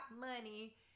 money